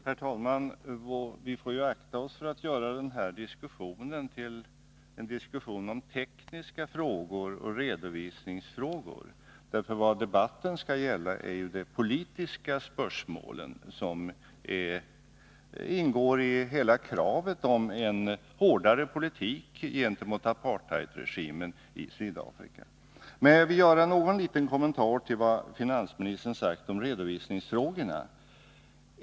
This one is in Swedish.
Herr talman! Vi får akta oss för att göra den här diskussionen till en diskussion om tekniska frågor och redovisningsfrågor. Vad debatten skall gälla är ju de politiska spörsmål som ingår i hela kravet om en hårdare politik gentemot apartheidregimen i Sydafrika. Men jag vill göra någon liten kommentar till vad handelsministern sagt om redovisningsfrågorna.